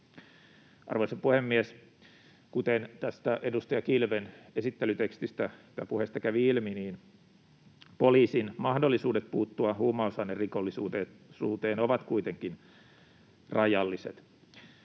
Arvoisa puhemies! Kuten edustaja Kilven esittelytekstistä ja ‑puheesta kävi ilmi, poliisin mahdollisuudet puuttua huumausainerikollisuuteen ovat kuitenkin rajalliset.